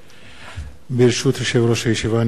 ברשות יושב-ראש הישיבה,